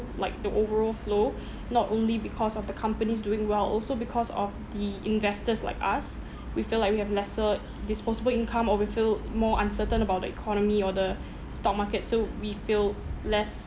like the overall flow not only because of the company's doing well also because of the investors like us we feel like we have lesser disposable income or we feel more uncertain about the economy or the stock market so we feel less